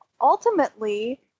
ultimately